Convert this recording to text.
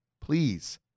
Please